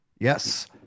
Yes